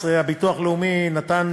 עד 2013 הביטוח הלאומי נתן